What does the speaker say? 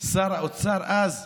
שר האוצר אז,